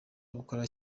gukora